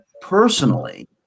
personally